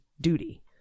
duty